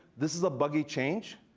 this is a buggy change.